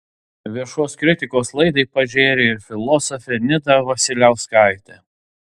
viešos kritikos laidai pažėrė ir filosofė nida vasiliauskaitė